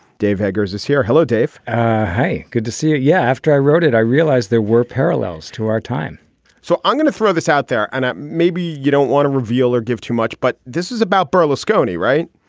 dave eggers is here. hello, dave hi. good to see you. yeah, after i wrote it, i realized there were parallels to our time so i'm going to throw this out there and maybe you don't want to reveal or give too much. but this is about berlusconi, right?